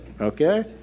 okay